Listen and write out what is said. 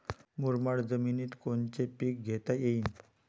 मुरमाड जमिनीत कोनचे पीकं घेता येईन?